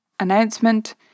Announcement